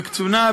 בקצונה,